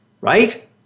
right